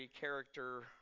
character